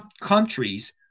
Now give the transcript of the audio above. countries